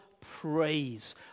praise